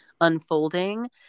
unfolding